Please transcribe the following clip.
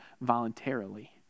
voluntarily